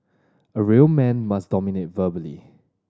a real man must dominate verbally